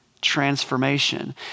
transformation